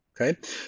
okay